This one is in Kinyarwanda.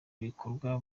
ibikorwa